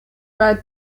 war